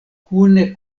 kune